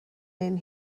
ein